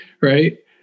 right